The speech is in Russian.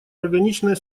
органичная